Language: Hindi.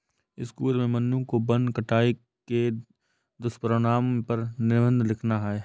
स्कूल में मन्नू को वन कटाई के दुष्परिणाम पर निबंध लिखना है